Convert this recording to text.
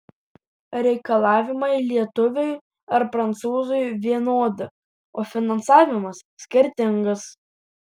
reikalavimai lietuviui ar prancūzui vienodi o finansavimas skirtingas